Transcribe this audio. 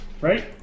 Right